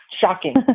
Shocking